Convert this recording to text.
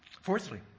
Fourthly